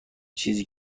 چیزی